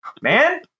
man